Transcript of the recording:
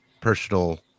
personal